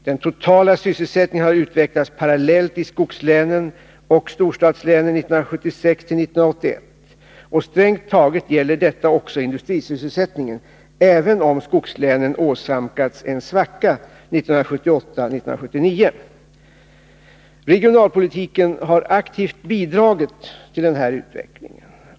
Den totala sysselsättningen har utvecklats parallellt i skogslänen och storstadslänen 1976-1981, och strängt taget gäller detta också industrisysselsättningen, även om skogslänen åsamkades en svacka 1978 och 1979. Regionalpolitiken har aktivt bidragit till denna utveckling.